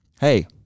hey